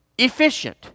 efficient